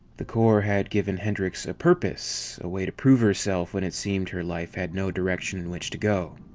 the corps had given hendricks purpose, a way to prove herself when it seemed her life had no direction in which to go.